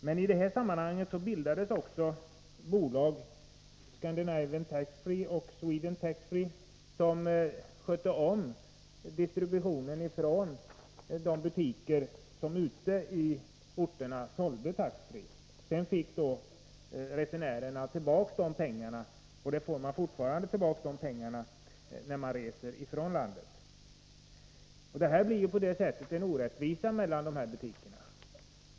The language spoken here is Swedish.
Men i detta sammanhang bildades också några bolag — Scandinavian Taxfree Shopping Service och Sweden Taxfree — som skötte om distributionen från de butiker som ute i orterna hade ”tax-free”-försäljning. Resenärerna fick sedan tillbaka momspengarna, och det är fortfarande så, att de återbetalas till turisterna när de lämnar landet. På det här sättet blir det en orättvisa mellan butikerna.